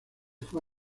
fue